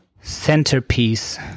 centerpiece